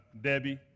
Debbie